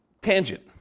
tangent